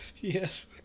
Yes